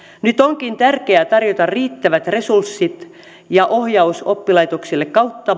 nyt onkin tärkeää tarjota riittävät resurssit ja ohjaus oppilaitoksille kautta